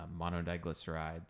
monodiglycerides